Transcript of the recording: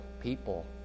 people